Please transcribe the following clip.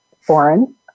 foreign